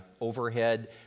overhead